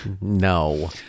No